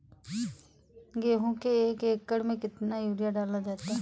गेहूँ के एक एकड़ में कितना यूरिया डाला जाता है?